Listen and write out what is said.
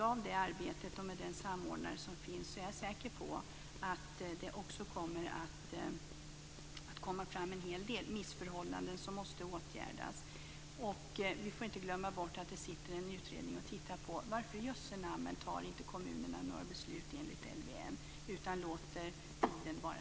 Av det arbetet och med den samordnare som finns är jag säker på att det kommer fram en hel del missförhållanden som måste åtgärdas. Vi får inte glömma bort att det sitter en utredning som tittar på varför i jösse namn kommunerna inte fattar några beslut enligt LVM utan bara låter tiden bero.